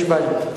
יש בה אמת.